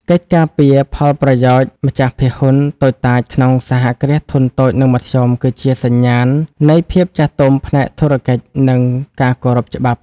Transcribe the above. កិច្ចការពារផលប្រយោជន៍ម្ចាស់ភាគហ៊ុនតូចតាចក្នុង សហគ្រាសធុនតូច និងមធ្យម គឺជាសញ្ញាណនៃភាពចាស់ទុំផ្នែកធុរកិច្ច និងការគោរពច្បាប់។